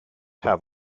have